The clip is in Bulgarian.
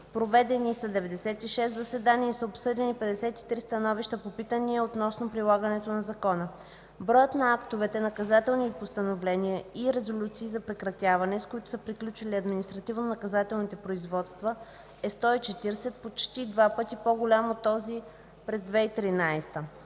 проведени са 96 заседания и са обсъдени 53 становища по питания относно прилагането на Закона. Броят на актовете – наказателни постановления и резолюции за прекратяване, с които са приключили административно-наказателните производства, е 140 – почти два пъти по-голям от този за 2013